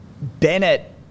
Bennett